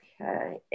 Okay